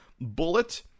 bullet